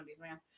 man